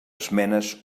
esmenes